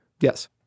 Yes